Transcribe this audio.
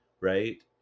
right